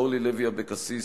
אורלי לוי אבקסיס,